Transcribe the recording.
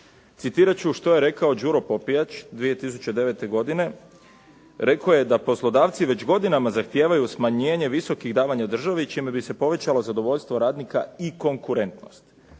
Citirat ću što je rekao Đuro Popijač 2009. godine, rekao je da poslodavci već godinama zahtijevaju smanjenje visokih davanja državi čime bi se povećalo zadovoljstvo radnika i konkurentnost.